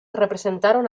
representaron